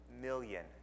million